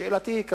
שאלתי היא כזו: